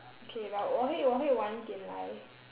okay but 我会我会晚一点来